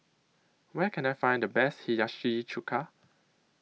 Where Can I Find The Best Hiyashi Chuka